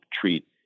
treat